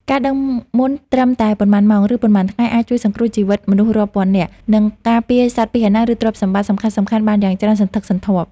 ការដឹងមុនត្រឹមតែប៉ុន្មានម៉ោង ឬប៉ុន្មានថ្ងៃ អាចជួយសង្គ្រោះជីវិតមនុស្សរាប់ពាន់នាក់ និងការពារសត្វពាហណៈ ឬទ្រព្យសម្បត្តិសំខាន់ៗបានយ៉ាងច្រើនសន្ធឹកសន្ធាប់។